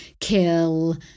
kill